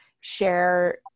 share